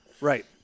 Right